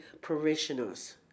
parishioners